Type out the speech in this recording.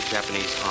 Japanese